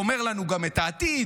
גומר לנו גם את העתיד,